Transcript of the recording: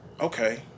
okay